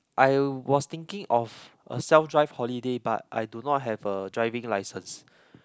I was thinking of a self drive holiday but I do not have a driving license